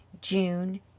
June